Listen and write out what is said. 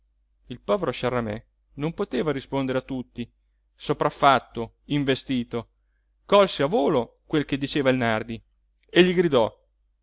il povero sciaramè non poteva rispondere a tutti sopraffatto investito colse a volo quel che diceva il nardi e gli gridò